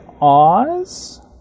Oz